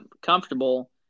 comfortable